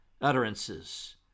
utterances